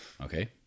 Okay